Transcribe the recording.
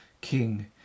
king